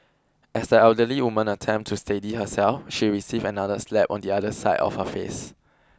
as the elderly woman attempted to steady herself she received another slap on the other side of her face